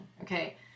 Okay